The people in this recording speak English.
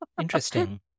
Interesting